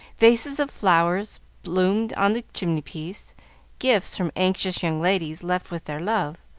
vases of flowers bloomed on the chimney-piece gifts from anxious young ladies, left with their love.